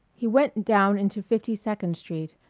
he went down into fifty-second street,